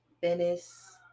Venice